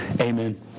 Amen